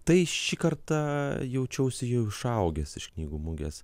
tai šį kartą jaučiausi jau išaugęs iš knygų mugės